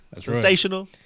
Sensational